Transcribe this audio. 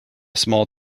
small